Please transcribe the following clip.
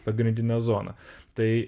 pagrindinė zona tai